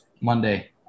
Monday